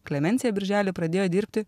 klemensija birželį pradėjo dirbti